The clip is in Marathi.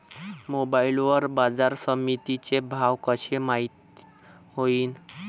मोबाईल वर बाजारसमिती चे भाव कशे माईत होईन?